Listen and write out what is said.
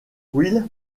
will